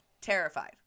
terrified